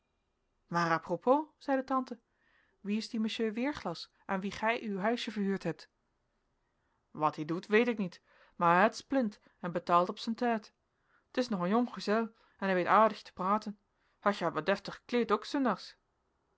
propos zeide tante wie is die monsieur weerglas aan wien gij uw huisje verhuurd hebt wattie doet weet ik niet maer hij heit splint en betaelt op zen tijd t is nog een jong gezel en hij weet aerdig te praeten hij gaet wat deftig ekleed ook zundags een